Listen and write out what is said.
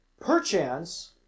perchance